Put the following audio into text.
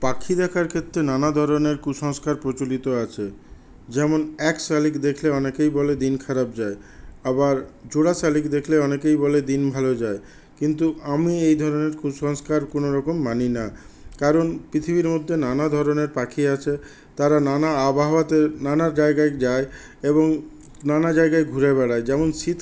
পাখি দেখার ক্ষেত্রে নানা ধরনের কুসংস্কার প্রচলিত আছে যেমন এক শালিক দেখলে অনেকেই বলে দিন খারাপ যায় আবার জোড়া শালিক দেখলে অনেকেই বলে দিন ভালো যায় কিন্তু আমি এই ধরনের কুসংস্কার কোনোরকম মানি না কারণ পৃথিবীর মধ্যে নানা ধরনের পাখি আছে তারা নানা আবহাওয়াতে নানা জায়গায় যায় এবং নানা জায়গায় ঘুরে বেড়ায় যেমন শীত